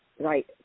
Right